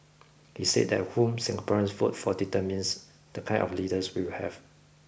he said that whom Singaporeans vote for determines the kind of leaders we will have